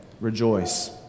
rejoice